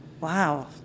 Wow